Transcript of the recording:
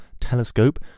telescope